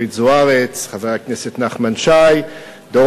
להעביר חקיקה שעניינה שמי שהורשע בעבירה שיש עמה